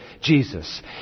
Jesus